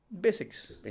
Basics